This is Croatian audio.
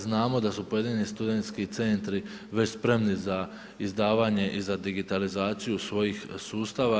Znamo da su pojedini studentski centri već spremni za izdavanje i za digitalizaciju svojih sustava.